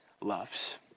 loves